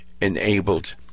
enabled